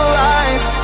lies